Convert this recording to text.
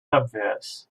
obvious